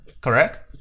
correct